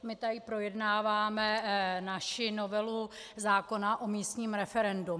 My tady projednáváme naši novelu zákona o místním referendu.